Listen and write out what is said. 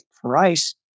price